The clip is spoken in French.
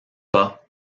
pas